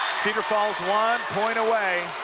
cedar falls one point away,